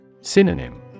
Synonym